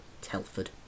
Telford